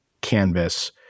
canvas